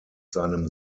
seinem